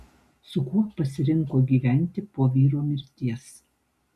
su kuo pasirinko gyventi po vyro mirties